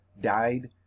died